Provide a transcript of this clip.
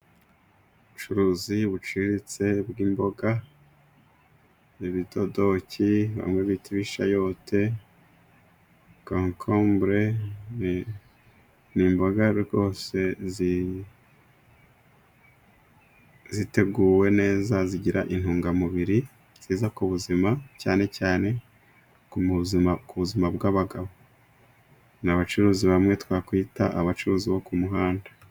Ubucuruzi buciriritse bw'imboga, ibidodoki bamwe bita ibishayote, cocobre ni imboga rwose ziteguwe neza, zigira intungamubiri nziza ku buzima cyane cyane ku buzima ku buzima bw'abagabo. Ni abacuruzi bamwe twakwita abacuruzi bo ku muhanda.